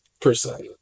percent